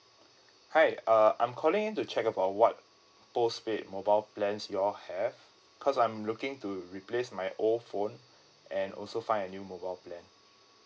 hi uh I'm calling in to check about what postpaid mobile plans you all have cause I'm looking to replace my old phone and also find a new mobile plan